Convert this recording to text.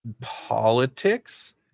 politics